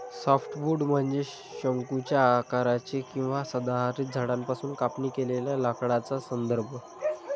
softwood म्हणजे शंकूच्या आकाराचे किंवा सदाहरित झाडांपासून कापणी केलेल्या लाकडाचा संदर्भ